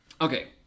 Okay